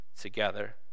together